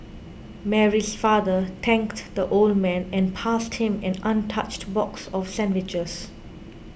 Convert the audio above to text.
Mary's father thanked the old man and passed him an untouched box of sandwiches